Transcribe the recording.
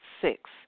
Six